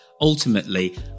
ultimately